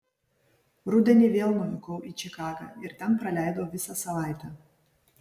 rudenį vėl nuvykau į čikagą ir ten praleidau visą savaitę